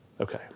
Okay